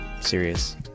serious